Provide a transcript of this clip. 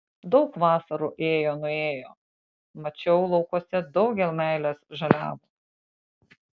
daug vasarų ėjo nuėjo mačiau laukuose daugel meilės žaliavo